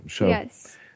Yes